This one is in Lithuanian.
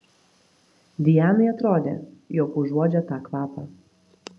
dianai atrodė jog užuodžia tą kvapą